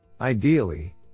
Ideally